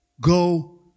Go